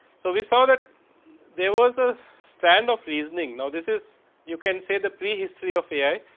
so, we saw that there was a stand of listening. now, this is you can say the pre-history of ai.